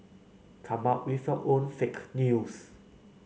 come up with your own fake news